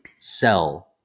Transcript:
sell